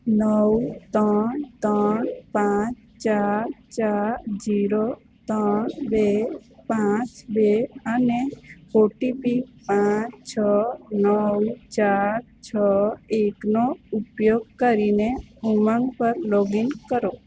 નવ ત્રણ ત્રણ પાંચ ચાર ચાર જીરો ત્રણ બે પાંચ બે અને ઓટીપી પાંચ છ નવ ચાર છ એકનો ઉપયોગ કરીને ઉમંગ પર લોગઈન કરો